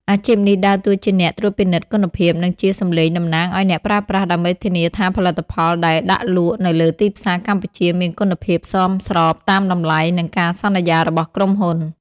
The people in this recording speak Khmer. អាជីពនេះដើរតួជាអ្នកត្រួតពិនិត្យគុណភាព និងជាសំឡេងតំណាងឱ្យអ្នកប្រើប្រាស់ ដើម្បីធានាថាផលិតផលដែលដាក់លក់នៅលើទីផ្សារកម្ពុជាមានគុណភាពសមស្របតាមតម្លៃ និងការសន្យារបស់ក្រុមហ៊ុន។